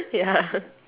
ya